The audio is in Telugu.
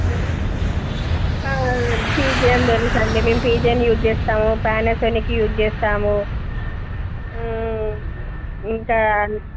పీజియన్ తెలుసండి మేము పీజియన్ యూజ్ చేస్తాము పానాసోనిక్ యూజ్ చేస్తాము ఇంకా